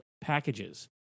packages